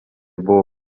buvo